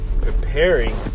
preparing